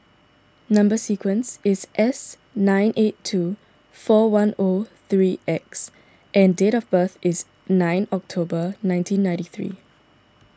Number Sequence is S nine eight two four one O three X and date of birth is nine October nineteen ninety three